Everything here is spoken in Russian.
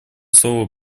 слово